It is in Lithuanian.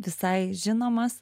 visai žinomas